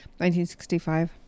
1965